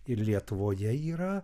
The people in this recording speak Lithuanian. ir lietuvoje yra